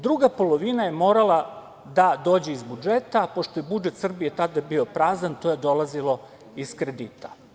Druga polovina je morala da dođe iz budžeta, a pošto je budžet Srbije tada bio prazan, to je dolazilo iz kredita.